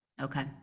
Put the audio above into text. Okay